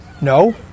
No